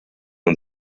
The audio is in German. und